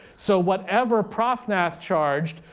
so whatever profnath charged,